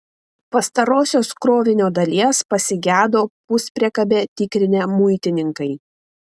pastarosios krovinio dalies pasigedo puspriekabę tikrinę muitininkai